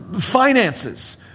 finances